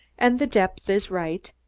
and the depth is right,